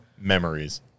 Memories